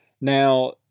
Now